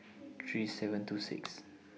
three seven two six